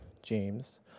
James